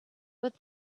but